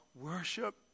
worship